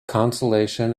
consolation